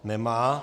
Nemá.